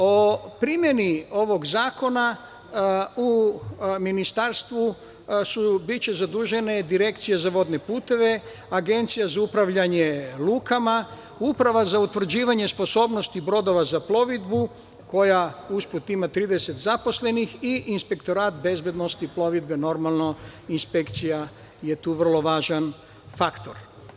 O primeni ovog zakona u Ministarstvu biće zadužena Direkcija za vodne puteve, Agencija za upravljanje lukama, Uprava za utvrđivanje sposobnosti brodova za plovidbu koja, usput, ima 30 zaposlenih i Inspektorat bezbednosti plovidbe, normalno inspekcija je tu važan faktor.